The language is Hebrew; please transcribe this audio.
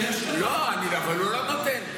לא, אבל הוא לא נותן.